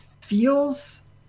feels